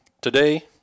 today